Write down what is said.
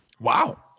Wow